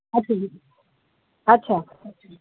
अच्छा